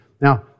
Now